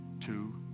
two